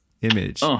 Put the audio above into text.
image